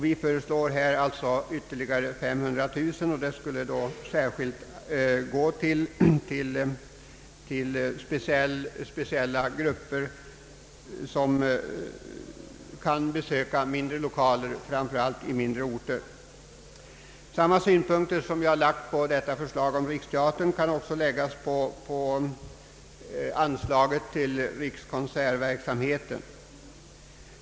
Vi föreslår här alltså ytterligare 500 000 kronor, och det skulle framför allt gälla de speciella grupper som kan besöka teaterlokaler i mindre orter. Samma synpunkter som vi lagt på detta spörsmål kan också läggas på förslaget om ökat anslag till rikskonsertverksamheten.